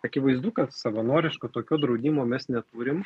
akivaizdu kad savanoriško tokio draudimo mes neturim